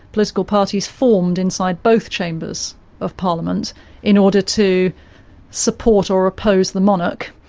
political parties formed inside both chambers of parliament in order to support or oppose the monarch,